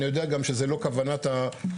אני יודע גם שזו לא כוונת החוק.